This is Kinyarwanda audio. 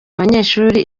abanyeshuri